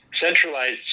centralized